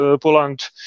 Poland